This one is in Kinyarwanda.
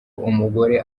umugore